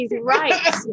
right